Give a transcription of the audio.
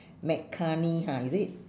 mccartney ha is it